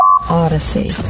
Odyssey